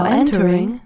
entering